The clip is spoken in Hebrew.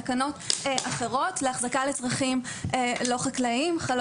עליהם תקנות אחרות לצרכים לא חקלאיים.